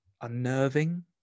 unnerving